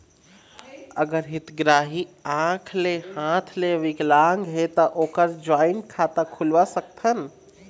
अगर हितग्राही आंख ले हाथ ले विकलांग हे ता ओकर जॉइंट खाता खुलवा सकथन?